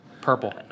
purple